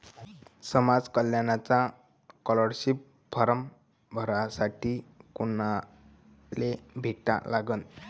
समाज कल्याणचा scholarship form भरासाठी कुनाले भेटा लागन?